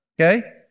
okay